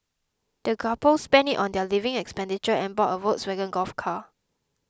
the couple spent it on their living expenditure and bought a Volkswagen Golf car